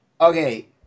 Okay